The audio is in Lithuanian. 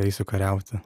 eisiu kariauti